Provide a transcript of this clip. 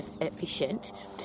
efficient